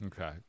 Okay